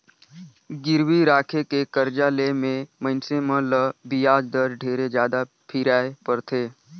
गिरवी राखके करजा ले मे मइनसे मन ल बियाज दर ढेरे जादा फिराय परथे